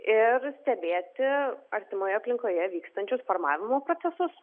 ir stebėti artimoje aplinkoje vykstančius formavimo procesus